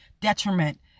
detriment